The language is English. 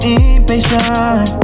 impatient